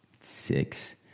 six